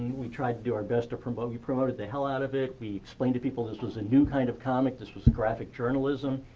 we tried to do our best to promote you promoted the hell out of it. we explained to people this was a new kind of comic. this was graphic journalism.